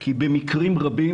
כי במקרים רבים